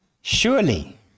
surely